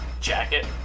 jacket